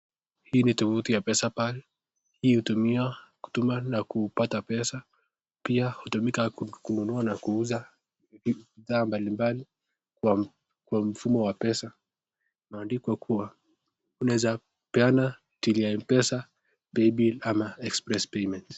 Hii ni tovuti ya Pesapal inayotumika kutuma na kupata pesa ,pia inatumika kuuza na kununua bidhaa mbalimbali, kutuma na kupata pesa , pia hutumika kuuza na kununua bidhaa mbalimbali kwa mfumo wa pesa. Imeandikwa kuwa unaweza peana till ya M-pesa , paybill ama express payments .